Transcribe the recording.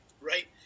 right